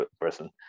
person